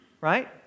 right